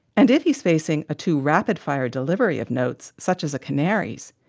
and if he's facing a too-rapid-fire delivery of notes such as a canary's,